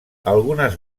algunes